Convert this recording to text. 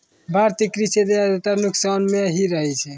भारतीय कृषि ज्यादातर नुकसान मॅ ही रहै छै